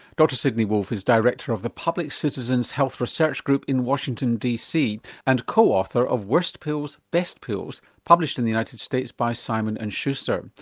dr sidney wolfe is director of the public citizens' health research group in washington, dc and co-author of worst pills, best pills published in the united states by simon and schuster.